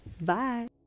bye